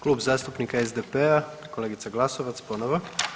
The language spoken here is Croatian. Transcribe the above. Klub zastupnika SDP-a kolegica Glasovac ponovo.